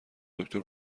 دکتر